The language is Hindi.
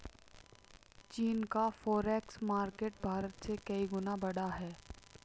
चीन का फॉरेक्स मार्केट भारत से कई गुना बड़ा है